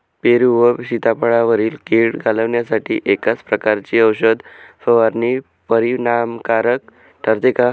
पेरू व सीताफळावरील कीड घालवण्यासाठी एकाच प्रकारची औषध फवारणी परिणामकारक ठरते का?